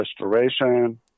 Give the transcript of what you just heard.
restoration